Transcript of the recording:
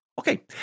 Okay